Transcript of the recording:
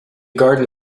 garden